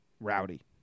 rowdy